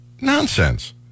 Nonsense